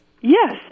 Yes